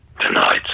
Tonight